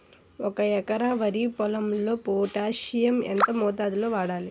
ఒక ఎకరా వరి పొలంలో పోటాషియం ఎంత మోతాదులో వాడాలి?